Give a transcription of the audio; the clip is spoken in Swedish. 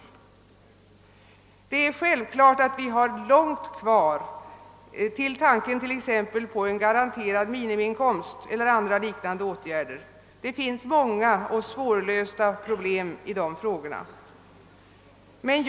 Det är självklart att vi har långt kvar till exempelvis införandet av en ga ranterad minimiinkomst eller andra liknande åtgärder. Det finns många och svårlösta problem i detta sammanhang.